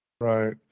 Right